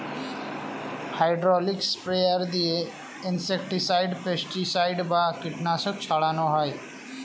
hydraulic sprayer দিয়ে insecticide, pesticide বা কীটনাশক ছড়ান হয়